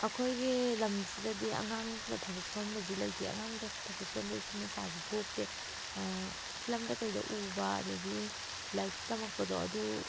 ꯑꯩꯈꯣꯏꯒꯤ ꯂꯝꯁꯤꯗꯗꯤ ꯑꯉꯥꯡꯅ ꯊꯕꯛ ꯁꯨꯍꯟꯕꯁꯤ ꯂꯩꯇꯦ ꯑꯉꯥꯡꯅ ꯊꯕꯛ ꯁꯨꯍꯟꯕꯒꯤ ꯁꯃꯁ꯭ꯌꯥꯁꯤ ꯊꯣꯛꯇꯦ ꯐꯤꯂꯝꯗ ꯀꯩꯗ ꯎꯕ ꯑꯗꯒꯤ ꯂꯥꯏꯔꯤꯛꯇ ꯇꯝꯃꯛꯄꯗꯣ ꯑꯗꯨ